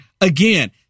again